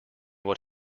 what